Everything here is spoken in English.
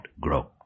grow